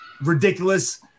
ridiculous